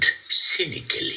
cynically